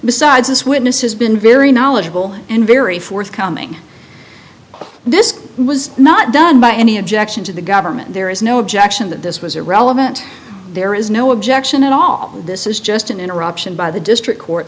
besides this witness has been very knowledgeable and very forthcoming but this was not done by any objection to the government there is no objection that this was irrelevant there is no objection at all this is just an interruption by the district court